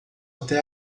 até